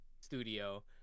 studio